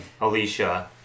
Alicia